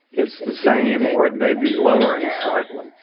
it's the same, or it may be lowering slightly.